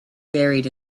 buried